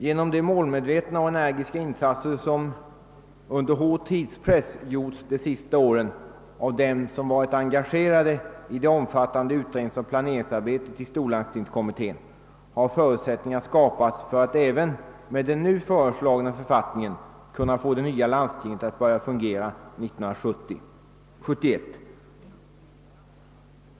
Genom de målmedvetna och energiska insatser som under hård tidspress har gjorts de senaste åren av dem som varit engagerade i det omfattande utredningsoch planeringsarbetet har förutsättningar skapats för att även med den nu föreslagna författningen få det nya landstinget att börja fungera 1971.